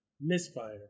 misfire